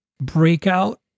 breakout